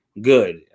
good